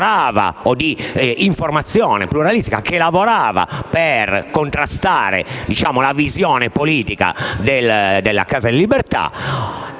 o di informazione pluralistica, che lavorava per contrastare la visione politica della Casa delle Libertà.